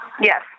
Yes